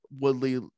Woodley